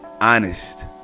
honest